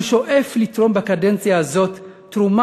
אני שואף לתרום בקדנציה הזאת תרומה